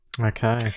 Okay